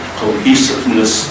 cohesiveness